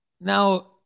now